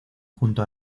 junto